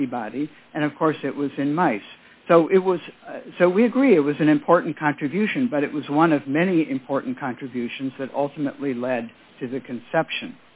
antibody and of course it was in mice so it was so we agree it was an important contribution but it was one of many important contributions that ultimately led to the conception